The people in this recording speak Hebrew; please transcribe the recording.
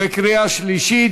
ולקריאה שלישית.